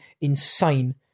insane